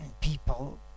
people